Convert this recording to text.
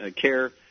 care